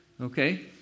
Okay